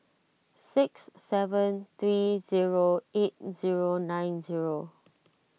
six seven three zero eight zero nine zero